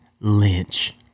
Lynch